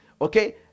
okay